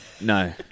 No